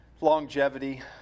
Longevity